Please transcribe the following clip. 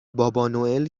بابانوئل